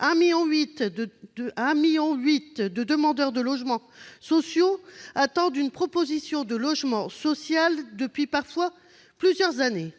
1,8 million de demandeurs de logements sociaux attendent une proposition de logement social, parfois depuis plusieurs années.